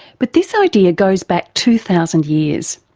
but this idea goes back two thousand years.